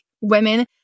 women